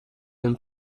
and